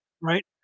Right